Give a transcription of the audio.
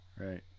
Right